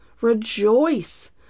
rejoice